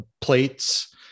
plates